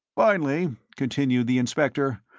finally, continued the inspector,